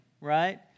right